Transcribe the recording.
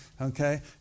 Okay